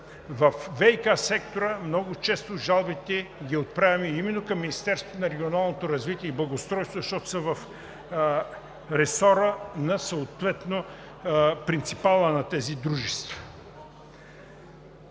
Във ВиК сектора много често жалбите ги отправяме именно към Министерството на регионалното развитие и благоустройството, защото са в ресора на принципала на тези дружества.